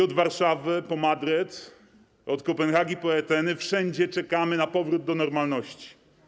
Od Warszawy po Madryt, od Kopenhagi po Ateny - wszędzie czekamy na powrót do normalności.